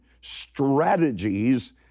strategies